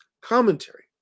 commentary